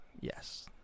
Yes